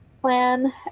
plan